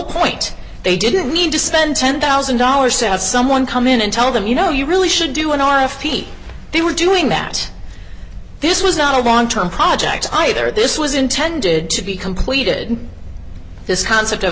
point they didn't need to spend ten thousand dollars to have someone come in and tell them you know you really should do an r f p they were doing that this was not a long term project either this was intended to be completed this concept of